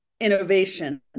innovation